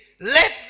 let